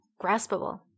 graspable